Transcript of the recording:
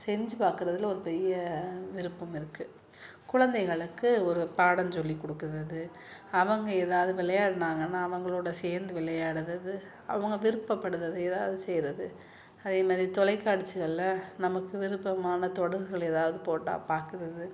செஞ்சு பாக்கிறதுல ஒரு பெரிய விருப்பம் இருக்குது குழந்தைகளுக்கு ஒரு பாடம் சொல்லிக்கொடுக்குறது அவங்க ஏதாவது விளையாட்னாங்கனா அவங்களோடு சேர்ந்து விளையாடுவது அவங்க விருப்படுறதை ஏதாவது செய்கிறது அதேமாதிரி தொலைக்காட்சிகள்ல நமக்கு விருப்பமான தொடர்கள் ஏதாவது போட்டால் பார்க்குறது